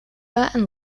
and